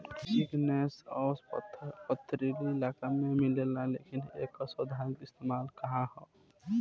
Igneous पत्थर पथरीली इलाका में मिलेला लेकिन एकर सैद्धांतिक इस्तेमाल का ह?